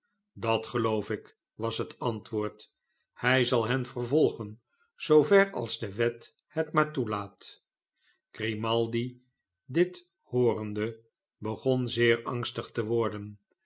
dat geloof ik was het antwoord hy zal hen vervolgen zoo ver als de wet het maar toelaat grimaldi dit hoorende begon zeer angstig te worden